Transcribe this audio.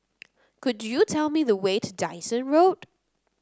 could you tell me the way to Dyson Road